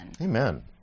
Amen